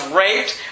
raped